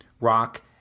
rock